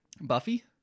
Buffy